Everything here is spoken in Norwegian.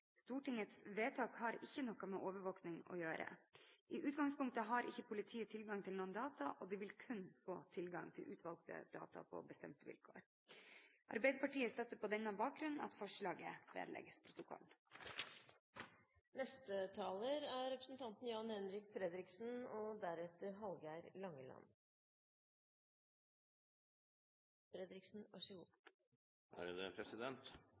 Stortingets vedtak har ikke noe med overvåking å gjøre. I utgangspunktet har ikke politiet tilgang til noen data, og de vil kun få tilgang til utvalgte data på bestemte vilkår. Arbeiderpartiet støtter på denne bakgrunn at forslaget vedlegges protokollen.